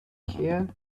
here